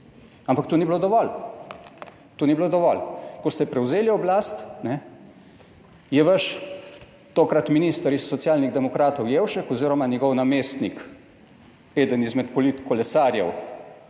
To ni bilo dovolj. Ko ste prevzeli oblast je vaš tokrat minister iz Socialnih demokratov Jevšek oziroma njegov namestnik, eden izmed polit kolesarjev